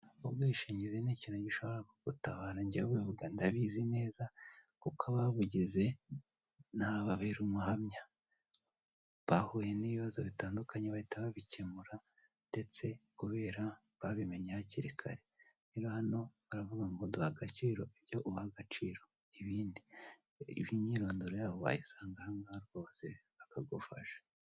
Umwishingizi ni ikintu gishobora kugutabara ngewe ubivuga ndabizi neza, kuko ababugize nabababera umuhamya. Bahuye n'ibibazo bitandukanye bahita babikemura, ndetse kubera babimenye hakiri kare. Rero hano baravuga ngo duha agaciro ibyo uha agaciro ibindi imyirondoro yabo wayisanga aha ngaha rwose bakagufasha.